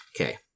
Okay